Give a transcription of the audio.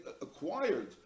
acquired